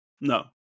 No